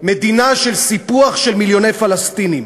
מדינה של סיפוח של מיליוני פלסטינים.